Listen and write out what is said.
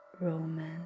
romance